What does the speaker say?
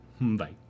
Bye